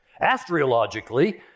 astrologically